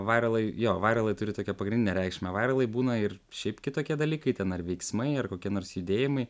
vairalai jo vairalai turi tokią pagrindinę reikšmę vairalai būna ir šiaip kitokie dalykai ten ar veiksmai ar kokie nors judėjimai